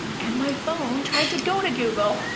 and my phone tried to go to google.